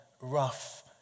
rough